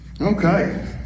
Okay